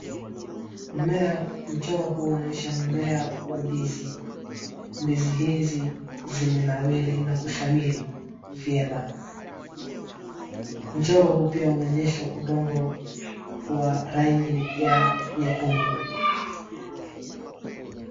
Mmea, mchoro huu unaonyesha mmea wa ndizi. Ndizi hizi, zimenawiri na kushamiri vyema. Mchoro huu pia unaonyesha udongo wa rangi ya nyekundu.